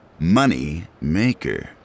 Moneymaker